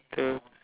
uh